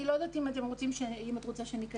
אני לא יודעת אם את רוצה שניכנס